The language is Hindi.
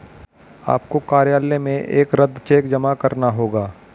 आपको कार्यालय में एक रद्द चेक जमा करना होगा